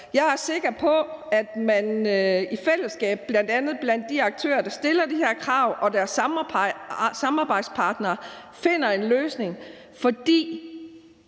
Jeg er sikker på, at man i fællesskab, bl.a. blandt de aktører, der stiller de her krav, og deres samarbejdspartnere, finder en løsning. For